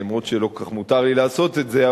אף שלא כל כך מותר לי לעשות את זה,